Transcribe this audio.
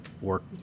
work